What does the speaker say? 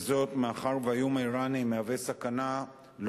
וזאת מאחר שהאיום האירני מהווה סכנה לא